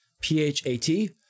P-H-A-T